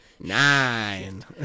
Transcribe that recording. Nine